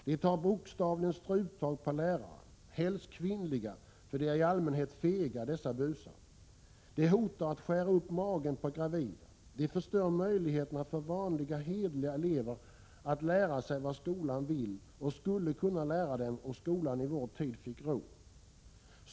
De tar bokstavligen struptag på lärare, helst kvinnliga för de är i allmänhet fega dessa busar; de hotar att skära upp magen på gravida, de förstör möjligheterna för vanliga hederliga elever att lära sig vad skolan vill och skulle kunna lära dem om skolan i vår tid fick ro.